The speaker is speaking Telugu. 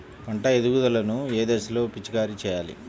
పంట ఎదుగుదల ఏ దశలో పిచికారీ చేయాలి?